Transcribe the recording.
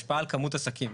השפעה על כמות עסקים.